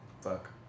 Fuck